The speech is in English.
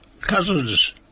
cousins